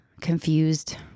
confused